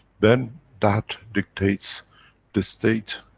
then, that dictates the state,